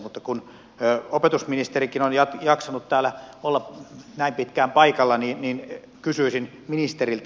mutta kun opetusministerikin on jaksanut täällä olla näin pitkään paikalla niin kysyisin ministeriltä